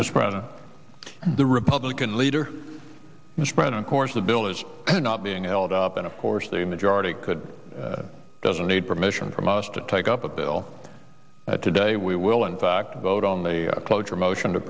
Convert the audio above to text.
misread the republican leader misread of course the bill is not being held up and of course the majority could doesn't need permission from us to take up a bill today we will in fact vote on a cloture motion to